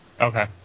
Okay